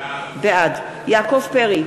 בעד יעקב פרי,